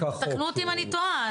תקנו אותי אם אני טועה.